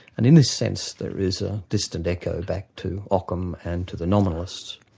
and in a sense there is a distant echo back to ockham and to the nominalists.